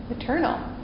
eternal